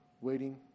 waiting